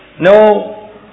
No